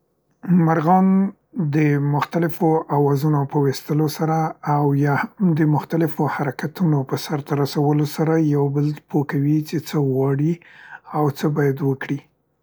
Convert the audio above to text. مرغان د مختلفو اوازونو په ویستلو سره او یا هم د مختلفو حرکتونو په سرته رسولو سره یو بل پوه کوي چې څه غواړي او څه باید وکړي.